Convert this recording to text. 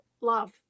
love